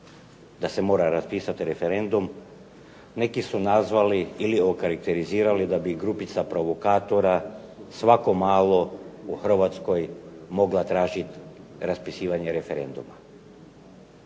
da se mora raspisati referendum, neki su kazali ili okarakterizirali da bi grupica provokatora svako malo u Hrvatskoj mogla tražiti raspisivanje referenduma.